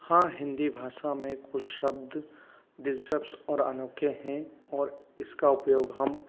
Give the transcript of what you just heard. हाँ हिन्दी भाषा में कुछ शब्द दिलचस्प और अनोखे हैं और इसका उपयोग हम